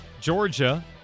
Georgia